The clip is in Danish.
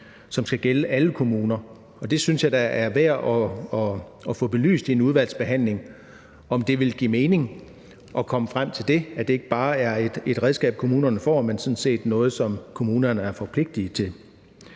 der skal gælde alle kommuner. Jeg synes da, det er værd at få belyst i en udvalgsbehandling, om det vil give mening at komme frem til det, altså at det ikke bare er et redskab, kommunerne får, men sådan set er noget, som kommunerne er forpligtet til.